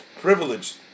privileged